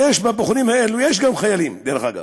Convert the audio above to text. ובפחונים האלה יש גם חיילים, דרך אגב,